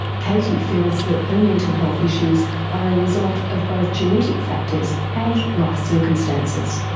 katie feels that her mental health issues are a result of both genetic factors and life circumstances.